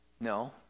No